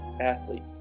athlete